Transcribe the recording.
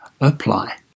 apply